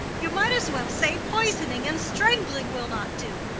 you might as well say poisoning and strangling will not do.